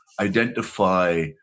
identify